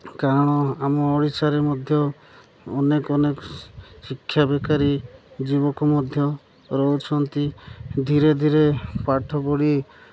କାରଣ ଆମ ଓଡ଼ିଶାରେ ମଧ୍ୟ ଅନେକ ଅନେକ ଶିକ୍ଷା ବେକାରୀ ଯୁବକ ମଧ୍ୟ ରହୁଛନ୍ତି ଧୀରେ ଧୀରେ ପାଠ ପଢ଼ି